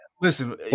Listen